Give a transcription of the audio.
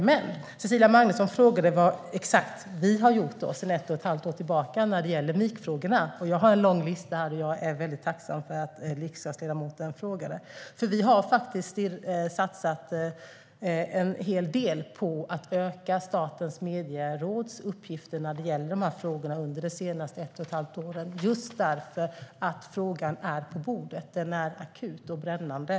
Men Cecilia Magnusson frågade vad exakt vi har gjort sedan ett och ett halvt år tillbaka när det gäller MIK-frågorna. Jag har en lång lista, och jag är tacksam för att riksdagsledamoten frågade. Vi har satsat en hel del på att öka Statens medieråds uppgifter när det gäller dessa frågor just för att frågan är på bordet; den är akut och brännande.